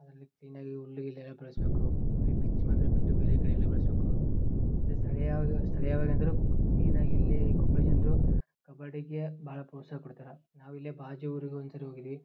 ಅದರಲ್ಲಿ ಕ್ಲೀನಾಗಿ ಹುಲ್ಲು ಗಿಲ್ಲುಯೆಲ್ಲ ಬೆಳೆಸಬೇಕು ಬರೀ ಪಿಚ್ ಮಾತ್ರ ಬಿಟ್ಟು ಬೇರೆ ಕಡೆ ಎಲ್ಲ ಬೆಳೆಸಬೇಕು ಮತ್ತು ಸ್ಥಳೀಯ ಸ್ಥಳೀಯವಾಗಿ ಅಂದರೂ ಮೇಯ್ನಾಗಿ ಇಲ್ಲಿ ಕೊಪ್ಪಳ ಜನರು ಕಬಡ್ಡಿಗೆ ಭಾಳ ಪ್ರೋತ್ಸಾಹ ಕೊಡ್ತಾರೆ ನಾವು ಇಲ್ಲೇ ಬಾಜು ಊರಿಗೆ ಒಂದುಸರಿ ಹೋಗಿದ್ವಿ